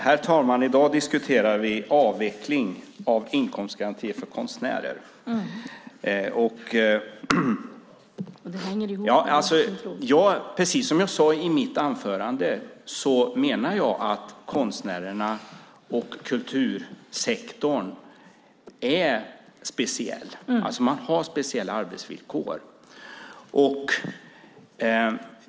Herr talman! I dag diskuterar vi avveckling av inkomstgarantier för konstnärer. Precis som jag sade i mitt anförande menar jag att konstnärerna och kultursektorn är speciella, alltså att man har speciella arbetsvillkor.